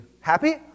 happy